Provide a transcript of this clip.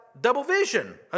double-vision